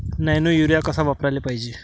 Nano urea कस वापराले पायजे?